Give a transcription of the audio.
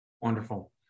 Wonderful